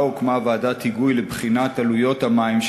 הוקמה ועדת היגוי לבחינת עלויות המים,